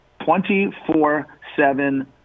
24-7